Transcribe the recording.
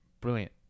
Brilliant